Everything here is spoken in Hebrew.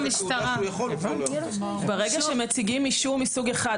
ברגע שמציגים אישור מסוג אחד,